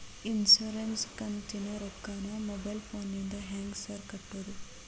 Insurance ಕಂತಿನ ರೊಕ್ಕನಾ mobile ಫೋನಿಂದ ಹೆಂಗ್ ಸಾರ್ ಕಟ್ಟದು?